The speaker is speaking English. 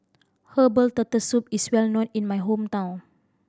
herbal Turtle Soup is well known in my hometown